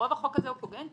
רוב החוק הזה הוא קוגנטי,